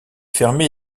fermée